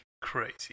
crazy